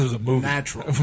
natural